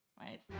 right